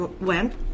went